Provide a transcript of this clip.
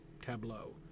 tableau